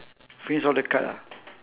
finish all the card ah